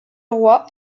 roi